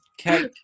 Okay